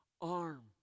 arm